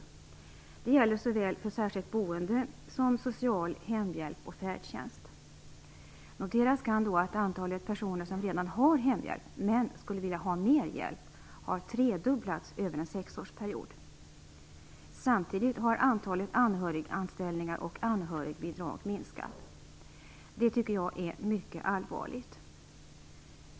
Detta gäller såväl för särskilt boende som för social hemhjälp och färdtjänst. Noteras kan då att antalet personer som redan har hemhjälp men skulle vilja ha mer hjälp har tredubblats över en sexårsperiod. Samtidigt har antalet anhöriganställningar och anhörigbidrag minskat. Det tycker jag är mycket allvarligt.